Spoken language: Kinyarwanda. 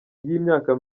y’imyaka